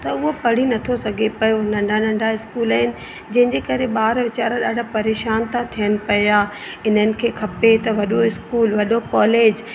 त उहो पढ़ी नथो सघे पियो नंढा नंढा स्कूल आहिनि जंहिंजे करे ॿार वीचारा ॾाढा परेशान था थियनि पिया इन्हनि खे खपे त वॾो स्कूल वॾो कॉलेज